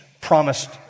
promised